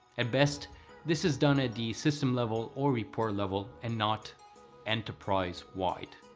at best this is done at the system level or rapport level and not enterprise wide.